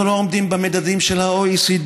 אנחנו לא עומדים במדדים של ה-OECD,